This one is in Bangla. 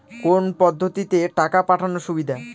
কোন পদ্ধতিতে টাকা পাঠানো সুবিধা?